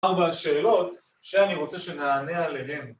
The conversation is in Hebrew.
ארבע שאלות שאני רוצה שנענה עליהן